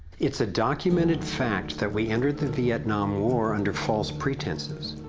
it's a documented fact, that we entered the vietnam war under false pretenses.